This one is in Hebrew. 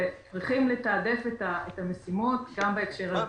וצריכים לתעדף את המשימות גם בהקשר הזה.